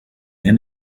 end